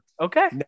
Okay